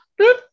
boop